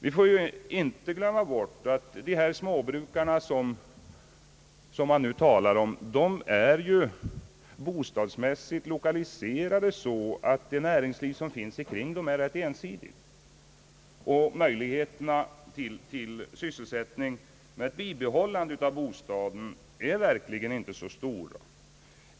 Vi får inte glömma bort att de småbrukare, som man nu talar om, bostadsmässigt är lokaliserade så, att det näringsliv som finns omkring dem är rätt ensidigt. Möjligheterna till sysselsättning med ett bibehållande av bostaden är verkligen inte stora.